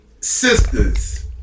sisters